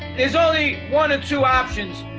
there's only one or two options,